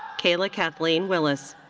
kayla cathleen willis.